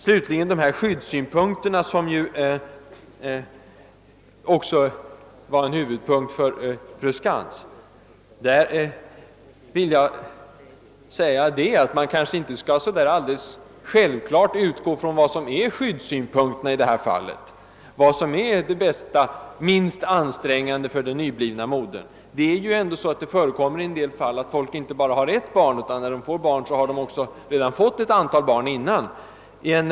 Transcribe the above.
Beträffande skyddssynpunkterna, som var en huvudpunkt för fru Skantz, vill jag säga att man inte utan vidare kan ta för givet vad som är det bästa och minst ansträngande för den nyblivna modern. Ofta har ju folk inte bara ett barn, utan det finns redan tidigare ett antal sådana inom familjen.